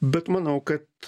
bet manau kad